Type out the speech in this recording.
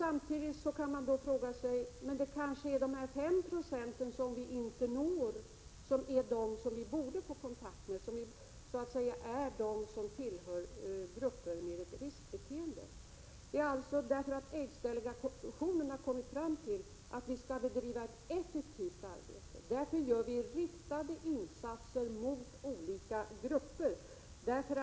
Samtidigt kan man fråga sig: Kanske är de 5 96 som vi inte når de som vi borde få kontakt med, som tillhör grupper med ett riskbeteende. Därför att aidsdelegationen har kommit fram till att vi skall bedriva ett effektivt arbete gör vi riktade insatser för olika grupper.